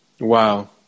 Wow